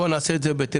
בואו נעשה את זה טלגרפית.